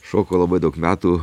šokau labai daug metų